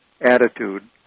attitude